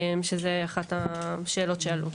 זוהי אחת השאלות שעלו.